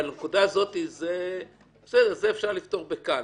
זה אפשר לפתור כאן.